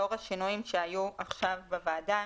לאור השינויים שהיו עכשיו בוועדה